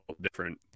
different